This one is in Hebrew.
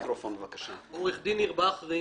עו"ד ניר בחרי.